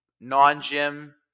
non-gym